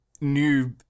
new